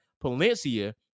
Palencia